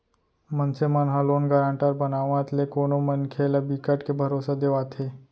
मनसे मन ह लोन गारंटर बनावत ले कोनो मनखे ल बिकट के भरोसा देवाथे